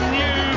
new